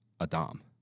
adam